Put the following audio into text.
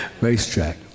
racetrack